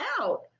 out